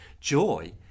Joy